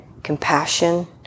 compassion